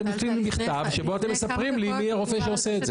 אתם נותנים לי מכתב שבו אתם מספרים לי מי הרופא שעושה את זה.